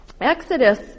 Exodus